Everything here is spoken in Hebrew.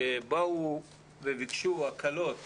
וכשבאו וביקשו הקלות